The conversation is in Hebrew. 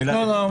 אלא ליחידים.